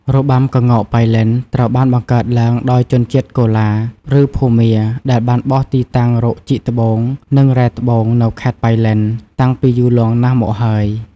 របាំក្ងោកប៉ៃលិន ត្រូវបានបង្កើតឡើងដោយ ជនជាតិកូឡា ឬភូមា ដែលបានបោះទីតាំងរកជីកត្បូង និងរែងត្បូង នៅខេត្តប៉ៃលិន តាំងពីយូរលង់ណាស់មកហើយ។